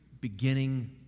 beginning